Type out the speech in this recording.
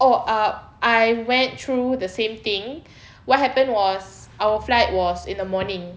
oh uh I went through the same thing what happened was our flight was in the morning